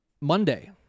Monday